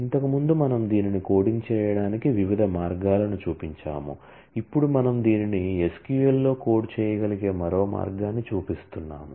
ఇంతకుముందు మనము దీనిని కోడింగ్ చేయడానికి వివిధ మార్గాలను చూపించాము ఇప్పుడు మనము దీనిని SQL లో కోడ్ చేయగలిగే మరో మార్గాన్ని చూపిస్తున్నాము